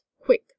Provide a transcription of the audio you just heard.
quick